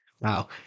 Wow